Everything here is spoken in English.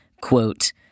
Quote